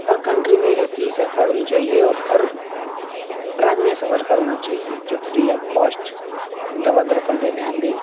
हर country में ऐसी ही सरकार होनी चाहिए और हर राज्य ऐसी सरकार होना चाहिए जो free of cost Dawa Darpan पर ध्यान दे